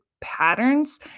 patterns